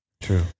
True